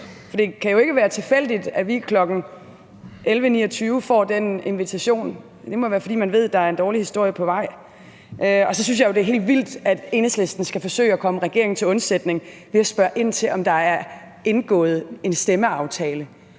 for det kan jo ikke være tilfældigt, at vi kl. 11.29 får den invitation. Det må være, fordi man ved, der er en dårlig historie på vej. Så synes jeg jo, det er helt vildt, at Enhedslisten skal forsøge at komme regeringen til undsætning ved at spørge ind til, om der er indgået en stemmeaftale.